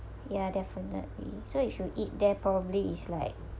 ya definitely so if you eat there probably it's like